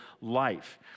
life